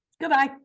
Goodbye